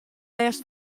lêst